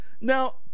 now